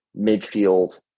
midfield